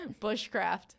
bushcraft